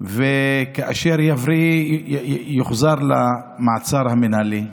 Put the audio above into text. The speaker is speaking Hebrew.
וכאשר יבריא יוחזר למעצר המינהלי.